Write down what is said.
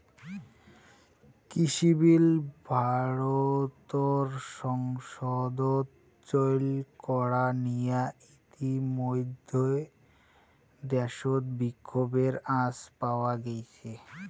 কৃষিবিল ভারতর সংসদত চৈল করা নিয়া ইতিমইধ্যে দ্যাশত বিক্ষোভের আঁচ পাওয়া গেইছে